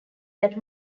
that